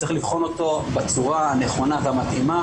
אבל צריך לבחון אותו בצורה הנכונה והמתאימה,